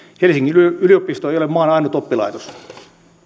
helsingin yliopisto ei ole maan ainut oppilaitos